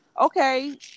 okay